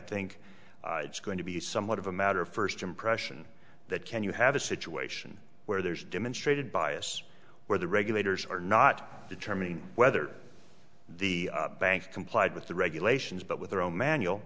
think it's going to be somewhat of a matter of first impression that can you have a situation where there's demonstrated bias where the regulators are not determining whether the banks complied with the regulations but with their own manual